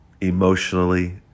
emotionally